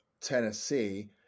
Tennessee